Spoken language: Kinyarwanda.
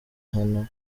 hano